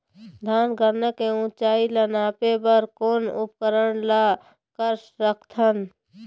धान गन्ना के ऊंचाई ला नापे बर कोन उपकरण ला कर सकथन?